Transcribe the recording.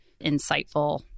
insightful